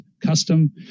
custom